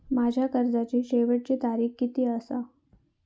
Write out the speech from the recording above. माझ्या कर्जाची शेवटची तारीख किती आसा?